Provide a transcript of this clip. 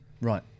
Right